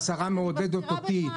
רם שפע, בבקשה.